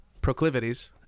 proclivities